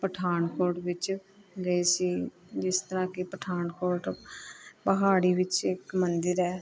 ਪਠਾਨਕੋਟ ਵਿੱਚ ਗਈ ਸੀ ਜਿਸ ਤਰ੍ਹਾਂ ਕਿ ਪਠਾਨਕੋਟ ਪਹਾੜੀ ਵਿੱਚ ਇੱਕ ਮੰਦਰ ਹੈ